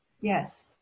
Yes